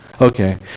Okay